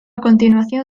continuación